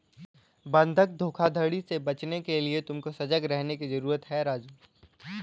बंधक धोखाधड़ी से बचने के लिए तुमको सजग रहने की जरूरत है राजु